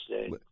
state